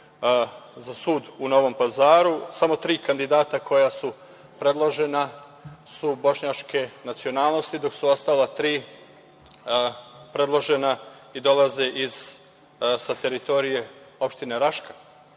za sud u Novom Pazaru, samo tri kandidata koja su predložena su bošnjačke nacionalnosti, dok su ostala tri predložena i dolaze sa teritorije opštine Raška. Ovakav